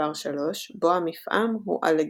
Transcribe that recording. מספר 3 בו המפעם הוא Allegretto.